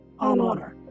homeowner